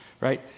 right